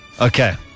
Okay